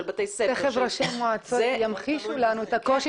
של בתי-ספר -- תכף ראשי המועצות ימחישו לנו את הקושי